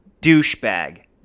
douchebag